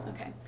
Okay